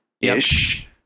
ish